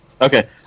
Okay